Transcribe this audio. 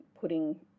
putting